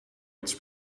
its